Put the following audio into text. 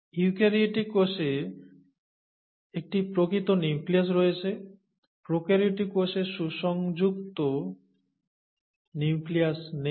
eukaryotic কোষে একটি প্রকৃত নিউক্লিয়াস রয়েছে প্রোক্যারিওটিক কোষে সুসংজ্ঞাযুক্ত নিউক্লিয়াস নেই